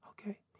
okay